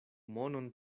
monon